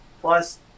Plus